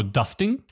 dusting